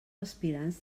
aspirants